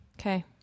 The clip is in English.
Okay